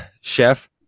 Chef